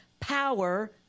power